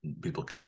people